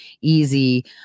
easy